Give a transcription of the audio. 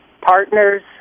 Partners